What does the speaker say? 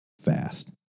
fast